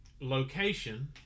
location